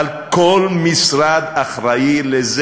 אבל כל משרד אחראי לזה.